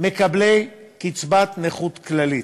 מקבלי קצבת נכות כללית.